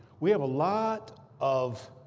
we have a lot of